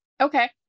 okay